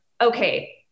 okay